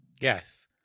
Yes